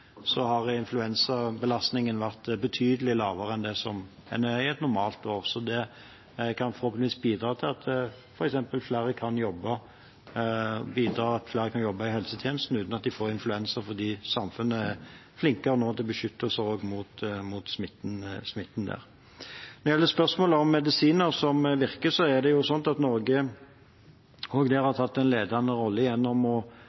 har influensabelastningen vært betydelig lavere enn det den er i et normalt år. Det kan forhåpentligvis bidra til at f.eks. flere kan jobbe i helsetjenesten uten at de får influensa, fordi samfunnet nå er flinkere til å beskytte oss mot smitten. Når det gjelder spørsmålet om medisiner som virker, har Norge tatt en ledende rolle ved å lede arbeidet gjennom Verdens helseorganisasjon med det som heter The Solidarity Trial, som innebærer at mange land sammen går ut og